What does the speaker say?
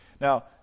Now